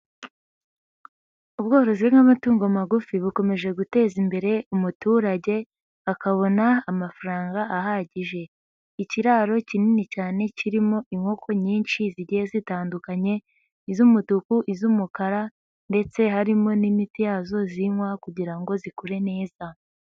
Ubworozi bw'amatungo magufi bukomeje guteza imbere umuturage, akabona amafaranga ahagije, ikiraro kinini cyane, kirimo inkoko nyinshi zigiye zitandukanye, iz'umutuku, iz'umukara ndetse harimo n'imiti yazo zinywa kugira ngo zikure neza.